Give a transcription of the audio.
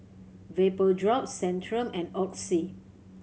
Vapodrops Centrum and Oxy